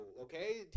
okay